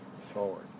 forward